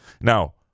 Now